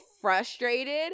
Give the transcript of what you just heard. frustrated